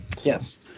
yes